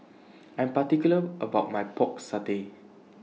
I'm particular about My Pork Satay